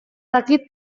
dakit